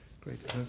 Great